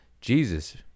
Jesus